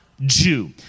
Jew